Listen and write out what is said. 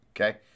Okay